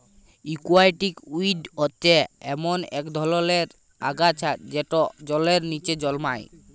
aquatic weed হচ্যে ইক ধরলের আগাছা যেট জলের লিচে জলমাই